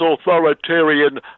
authoritarian